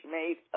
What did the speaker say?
made